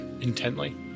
intently